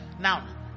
Now